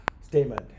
statement